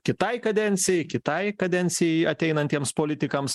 kitai kadencijai kitai kadencijai ateinantiems politikams